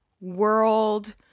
world